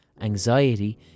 Anxiety